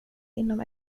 inom